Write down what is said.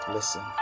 Listen